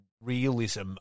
realism